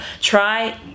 Try